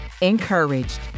encouraged